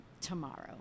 tomorrow